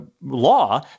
law